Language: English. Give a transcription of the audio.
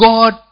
God